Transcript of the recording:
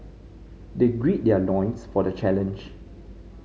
they gird their loins for the challenge